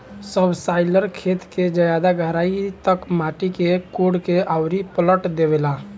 subsoiler खेत के ज्यादा गहराई तक माटी के कोड़ के अउरी पलट देवेला